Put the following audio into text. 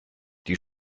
die